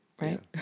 right